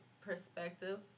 perspective